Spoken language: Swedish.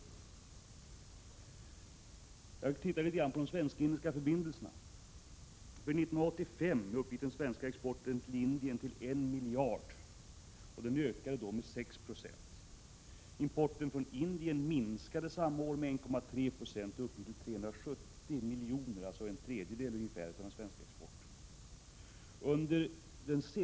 Jag har tittat litet på de svensk-indiska förbindelserna. 1985 uppgick den svenska exporten till Indien till 1 miljard. Det var en ökning med 6 20 från året innan. Importen från Indien minskade samma år med 1,3 9 och uppgick till 370 miljoner, dvs. ungefär en tredjedel av den svenska exporten.